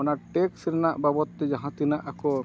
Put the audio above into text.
ᱚᱱᱟ ᱴᱮᱠᱥ ᱨᱮᱱᱟᱜ ᱵᱟᱵᱚᱛ ᱛᱮ ᱡᱟᱦᱟᱸ ᱛᱤᱱᱟᱹᱜ ᱟᱠᱚ